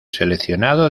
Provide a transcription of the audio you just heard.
seleccionado